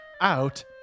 out